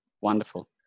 Wonderful